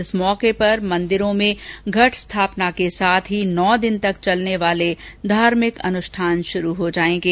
इस मौके पर मंदिरों में घट स्थापना के साथ ही नौ दिन तक चलने वाले धार्मिक अनुष्ठान शुरू हो जाएंगे